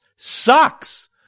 Sucks